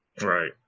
right